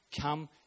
come